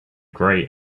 grey